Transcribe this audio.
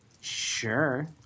Sure